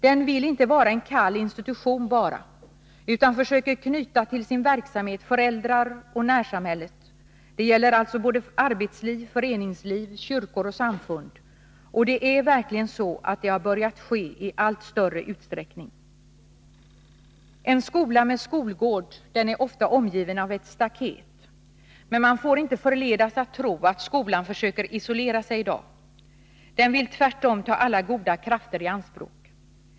Den vill inte vara en kall institution bara, utan försöker knyta till sin verksamhet föräldrar och närsamhället — det gäller alltså både arbetsliv, föreningsliv, kyrkor och samfund, och det har verkligen börjat ske i allt större utsträckning. En skola med skolgård är ofta omgiven av ett staket, men man får inte förledas att tro att skolan försöker isolera sig i dag. Den vill tvärtom ta alla goda krafter i anspråk.